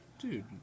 Dude